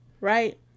right